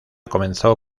comenzó